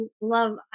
love